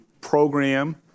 program